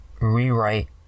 rewrite